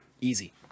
Easy